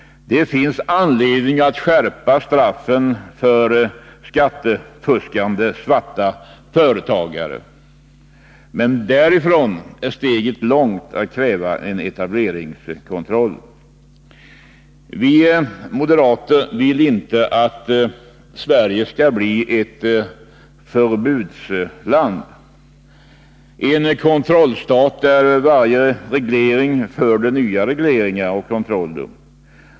Det finns anledning att skärpa straffen för skattefuskande svarta företagare, men därifrån och till att kräva en etableringskontroll är steget långt. Vi moderater vill inte att Sverige skall bli ett förbudsland, en kontrollstat, där varje reglering föder nya regleringar och kontroller.